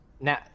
Now